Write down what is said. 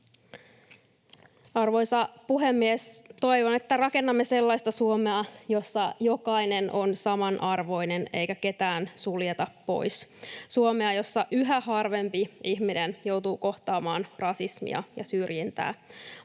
Arvoisa puhemies! Toivon, että rakennamme sellaista Suomea, jossa jokainen on samanarvoinen eikä ketään suljeta pois, Suomea, jossa yhä harvempi ihminen joutuu kohtaamaan rasismia ja syrjintää.